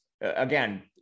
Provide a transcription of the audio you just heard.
again